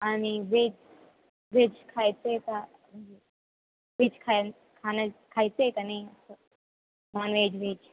आणि veg veg खायचं आहे का व्हेज खाय खाणं खायचं आहे का नाही असं नॉन व्हेज व्हेज